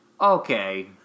Okay